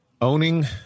Owning